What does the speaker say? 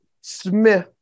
Smith